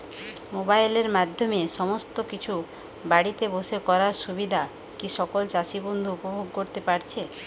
মোবাইলের মাধ্যমে সমস্ত কিছু বাড়িতে বসে করার সুবিধা কি সকল চাষী বন্ধু উপভোগ করতে পারছে?